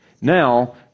now